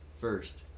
First